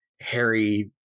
harry